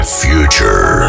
future